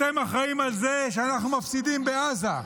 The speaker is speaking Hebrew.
אתם אחראים לזה שאנחנו מפסידים בעזה,